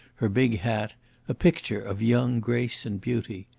her big hat a picture of young grace and beauty.